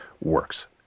works